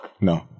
No